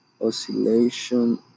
oscillation